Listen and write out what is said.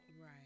Right